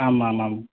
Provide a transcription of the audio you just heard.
आमामाम्